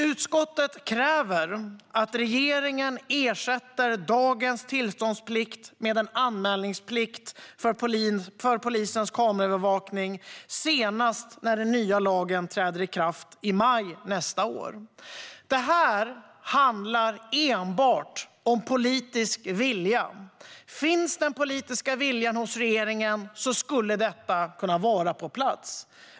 Utskottet kräver att regeringen ersätter dagens tillståndsplikt med en anmälningsplikt för polisens kameraövervakning senast när den nya lagen träder i kraft, i maj nästa år. Det handlar enbart om politisk vilja. Om den politiska viljan hade funnits hos regeringen skulle detta ha kunnat vara på plats.